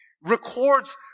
records